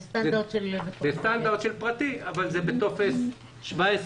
זה סטנדרט של פרטי אבל זה בטופס 17,